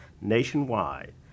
nationwide